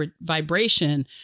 vibration